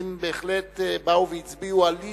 שהתלמידים בהחלט באו והצביעו על אי-זהות,